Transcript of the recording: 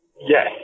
Yes